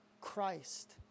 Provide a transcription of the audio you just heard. Christ